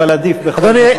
אבל עדיף בכל זאת.